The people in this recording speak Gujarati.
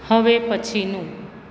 હવે પછીનું